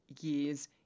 year's